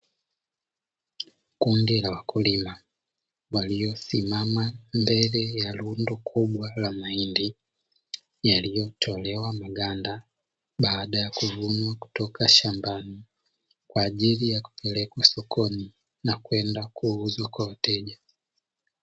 Kundi la wakulima waliosimama mbele ya lundo kubwa la mahindi, yaliyotolewa maganda baada ya kuvunwa kutoka shambani, kwa ajili ya kupelekwa sokoni na kwenda kuuzwa kwa wateja.